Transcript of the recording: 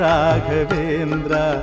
Raghavendra